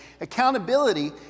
accountability